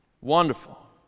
wonderful